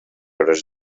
hores